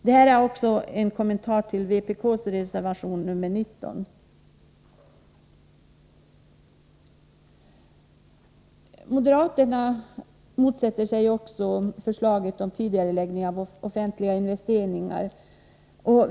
Detta är också en kommentar till vpk:s reservation nr 19. Moderaterna motsätter sig också förslaget om en tidigareläggning av offentliga investeringar.